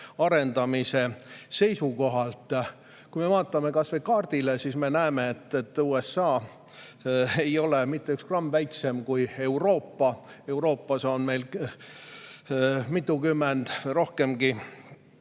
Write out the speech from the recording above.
arendamise seisukohalt. Kui me vaatame kaardile, siis me näeme, et USA ei ole mitte üks gramm väiksem kui Euroopa. Euroopas on meil mitukümmend või rohkemgi